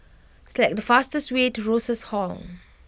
select the fastest way to Rosas Hall